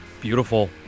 Beautiful